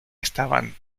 estaban